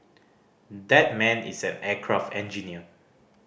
that man is an aircraft engineer